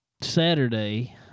Saturday